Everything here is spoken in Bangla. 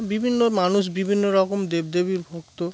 বিভিন্ন মানুষ বিভিন্ন রকম দেব দেবীর ভক্ত